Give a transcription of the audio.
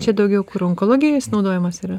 čia daugiau kur onkologijoj jis naudojamas yra